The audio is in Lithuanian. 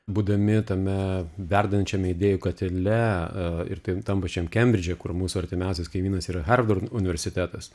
būdami tame verdančiame idėjų katile ir tai tam pačiam kembridže kur mūsų artimiausias kaimynas yra harvard universitetas